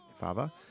father